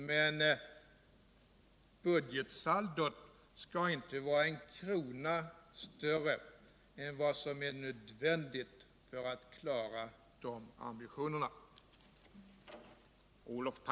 Men budgetsaldot får inte uppgå till en krona mer än som är nödvändigt för att klara de ambitionerna.